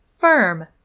Firm